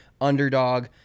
underdog